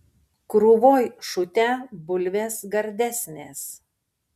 krūvoj šutę bulvės gardesnės